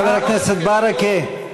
חבר הכנסת ברכה.